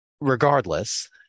Regardless